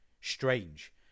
strange